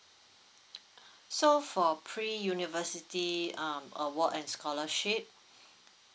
so for pre university um award and scholarship